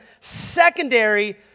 secondary